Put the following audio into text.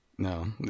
No